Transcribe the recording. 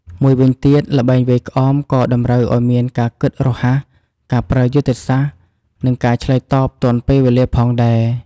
មួយវិញទៀត ល្បែងវាយក្អមក៏តម្រូវឲ្យមានការគិតរហ័ស ការប្រើយុទ្ធសាស្ត្រ និងការឆ្លើយតបទាន់ពេលវេលាផងដែរ។